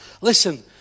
Listen